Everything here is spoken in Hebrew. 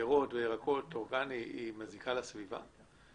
פירות וירקות, מזיקה לסביבה?